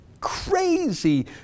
crazy